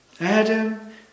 Adam